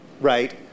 right